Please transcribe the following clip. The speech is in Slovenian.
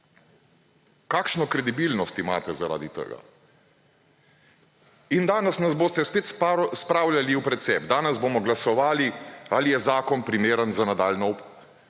Kakšno kredibilnost imate zaradi tega? In danes nas boste spet spravljali v precep. Danes bomo glasovali ali je zakon primeren za nadaljnjo obravnavo.